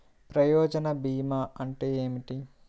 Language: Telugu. ప్రయోజన భీమా అంటే ఏమిటి?